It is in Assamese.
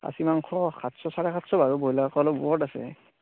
খাচী মাংস সাতশ চাৰে সাতশ আৰু ব্ৰইলাৰ অলপ ওপৰত আছে